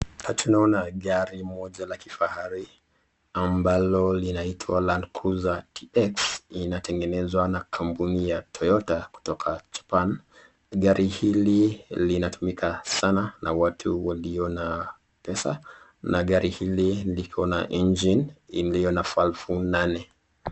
Tunaona gari moja la kifari ambalo linaitwa Land cruiser TX, linatengenezwa na kampuni ya Toyota kutoka Japan. Gari hili linatumika sana na watu walio na pesa na gari hili lina engine iliyo na valvu nane.